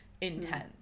intense